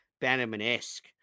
Bannerman-esque